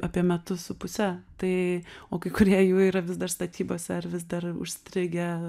apie metus su puse tai o kai kurie jų yra vis dar statybose ar vis dar užstrigę